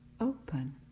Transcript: open